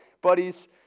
buddies